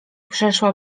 przeszła